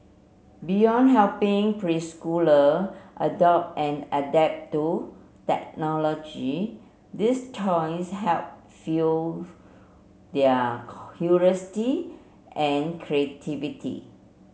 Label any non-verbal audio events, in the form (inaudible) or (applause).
beyond helping preschooler adopt and adapt to technology these toys help fuel their (unintelligible) curiosity and creativity